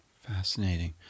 Fascinating